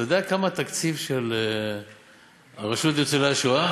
אתה יודע מה התקציב של הרשות לניצולי השואה?